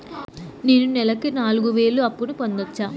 నేను నెలకు నాలుగు వేలు అప్పును పొందొచ్చా?